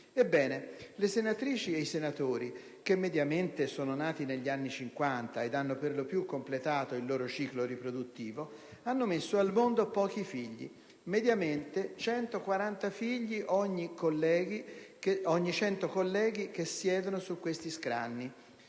Ebbene, le senatrici ed i senatori, che mediamente sono nati negli anni '50 e hanno perlopiù completato il loro ciclo riproduttivo, hanno messo al mondo pochi figli: in media, si tratta di 140 figli ogni 100 colleghi che siedono su questi scranni.